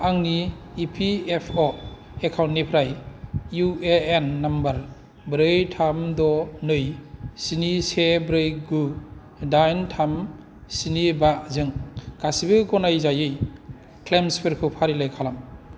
आंनि E P F अ एकाउन्टनिफ्राय इउ ए एन नम्बर ब्रै थाम द' नै स्नि से ब्रै गु दाइन थाम स्नि बा जों गासैबो गनायजायै क्लेइन्सफोरखौ फारिलाइ खालाम